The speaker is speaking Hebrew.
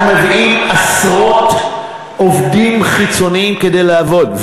אנחנו מביאים עשרות עובדים חיצוניים כדי לעבוד.